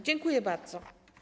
Dziękuję bardzo.